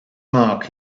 mark